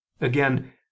again